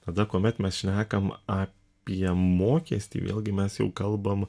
tada kuomet mes šnekam apie mokestį vėlgi mes jau kalbam